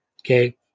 Okay